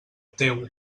teu